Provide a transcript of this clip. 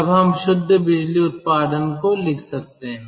अब हम शुद्ध बिजली उत्पादन को लिख सकते हैं